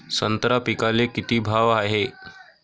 संत्रा पिकाले किती भाव हाये?